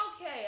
okay